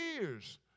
years